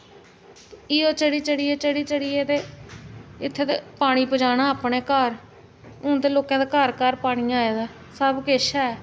इ'यो चढ़ी चढ़ियै चढ़ी चढ़ियै ते इत्थें तक्कर पानी पजाना अपने घर हून ते लोकें दे घर घर पानी आए दा सब किश ऐ